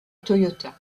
toyota